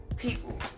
people